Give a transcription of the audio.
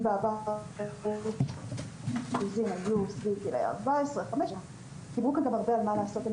אם בעבר -- היו סביב גילאים 14-15. דיברו גם הרבה על מה לעשות,